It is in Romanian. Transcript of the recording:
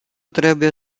trebuie